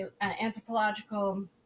Anthropological